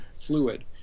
fluid